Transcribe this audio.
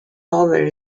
over